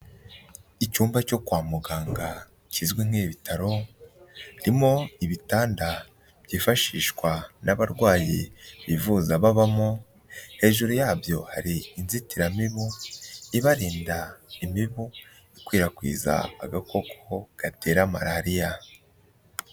Icyumba cyo kwa muganga kizwi nk'ibitaro birimo ibitanda byifashishwa n'abarwayi bivuza babamo, hejuru yabyo hari inzitiramibu, ibarinda imibu ikwirakwiza agakoko gatera malariya.